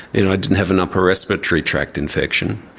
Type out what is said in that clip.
you know, i didn't have an upper respiratory tract infection.